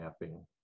mapping